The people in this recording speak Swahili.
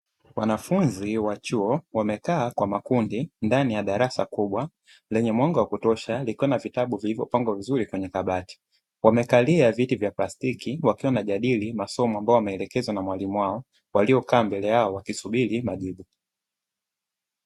Wanafunzi wa chuo wamekaa kwa makundi ndani ya darasa kubwa lenye mwanga wa kutosha likiwa na vitabu vingi vilivyopangwa vizuri kwenye kabati, wamekalia viti vya plastiki wakiwa wanajadili masomo ambayo waliyoelekezwa na walimu wao waliokaa mbele yao wakisubiri majibu.